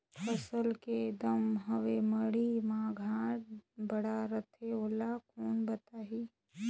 फसल के दम हवे मंडी मा घाट बढ़ा रथे ओला कोन बताही?